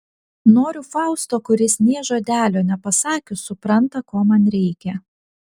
noriu fausto kuris nė žodelio nepasakius supranta ko man reikia